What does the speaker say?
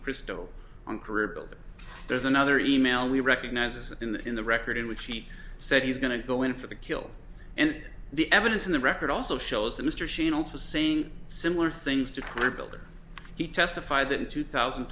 cristo on career builder there's another e mail we recognizes in the in the record in which he said he's going to go in for the kill and the evidence in the record also shows that mr sheen also saying similar things to rebuild he testified that in two thousand